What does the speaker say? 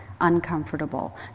uncomfortable